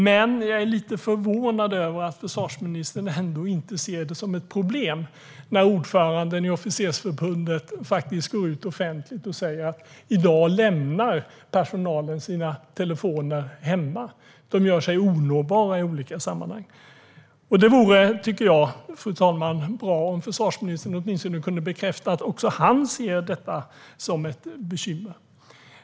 Men jag är lite förvånad över att försvarsministern inte ser det som ett problem när ordföranden i Officersförbundet går ut offentligt och säger att personalen i dag lämnar sina telefoner hemma, att de gör sig onåbara i olika sammanhang. Det vore bra, fru talman, om försvarsministern åtminstone kunde bekräfta att också han ser det som ett bekymmer.